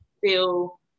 feel